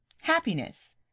happiness